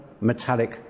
metallic